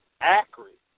accurate